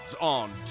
on